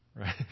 right